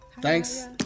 Thanks